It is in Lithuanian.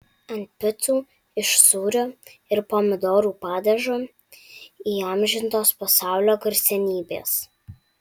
ant picų iš sūrio ir pomidorų padažo įamžintos pasaulio garsenybės